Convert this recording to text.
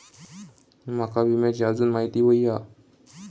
माका विम्याची आजून माहिती व्हयी हा?